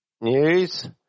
news